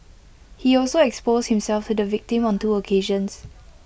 he also exposed himself to the victim on two occasions